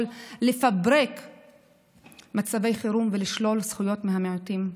לפברק מצבי חירום ולשלול זכויות מהמיעוטים.